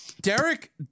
Derek